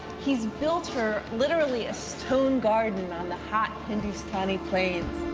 he's built her, literally, a stone garden on the hot hindustani plains.